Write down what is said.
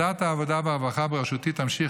ועדת העבודה והרווחה בראשותי תמשיך